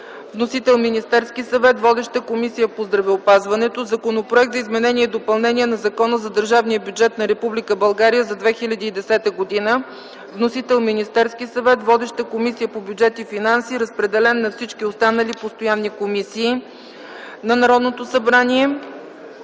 Вносител – Министерският съвет. Водеща е Комисията по здравеопазването. Законопроект за изменение и допълнение на Закона за държавния бюджет на Република България за 2010 г. Вносител – Министерският съвет. Водеща е Комисията по бюджет и финанси. Разпределен е на всички останали постоянни комисии на Народното събрание.